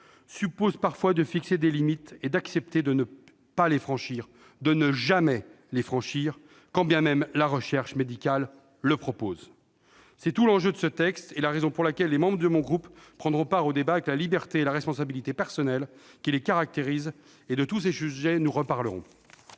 suppose parfois de fixer des limites en s'engageant à ne jamais les franchir, quand bien même la recherche médicale le proposerait. C'est tout l'enjeu de ce texte ; c'est la raison pour laquelle les membres de mon groupe prendront part aux débats avec la liberté et la responsabilité personnelles qui les caractérisent. De tous ces sujets, nous reparlerons